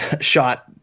shot